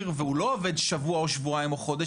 והוא לא עובד שבוע או שבועיים או חודש,